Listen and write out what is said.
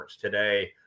today